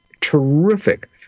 terrific